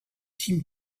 tim